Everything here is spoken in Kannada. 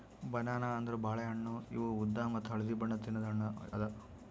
ಬನಾನಾ ಅಂದುರ್ ಬಾಳೆ ಹಣ್ಣ ಇವು ಉದ್ದ ಮತ್ತ ಹಳದಿ ಬಣ್ಣದ್ ತಿನ್ನದು ಹಣ್ಣು ಅದಾ